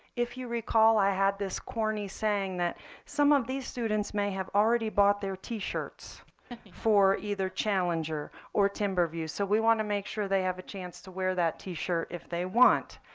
if you recall, i had this corny saying that some of these students may have already bought their t-shirts for either challenger or timber views. so we want to make sure they have a chance to wear that t-shirt if they want.